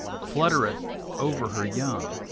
fluttereth over her young,